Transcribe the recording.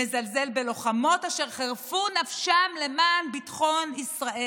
מזלזל בלוחמות אשר חירפו נפשן למען ביטחון ישראל,